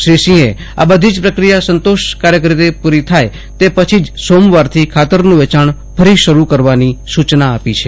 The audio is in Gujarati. શ્રી સિંહે આ બધી જ પ્રક્રિયા સંતોષકારક રીતે પૂરી થાય તે પછી જ સોમવારથી ખાતરનું વેચાણ ફરી શરૂ કરવાની સૂચના આપી છે